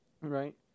right